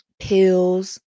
pills